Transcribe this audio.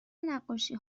نقاشی